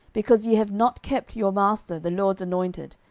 because ye have not kept your master, the lord's anointed.